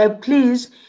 please